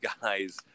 guys